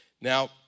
Now